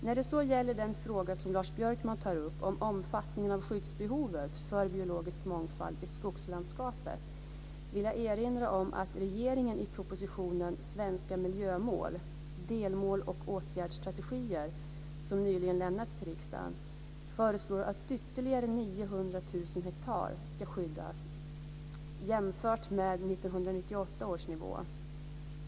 När det så gäller den fråga som Lars Björkman tar upp om omfattningen av skyddsbehovet för biologisk mångfald i skogslandskapet vill jag erinra om att regeringen i propositionen Svenska miljömål - delmål och åtgärdsstrategier som nyligen har lämnats till riksdagen föreslår att ytterligare 900 000 hektar ska skyddas jämfört med 1998 års nivå.